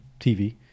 TV